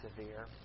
severe